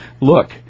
look